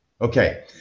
Okay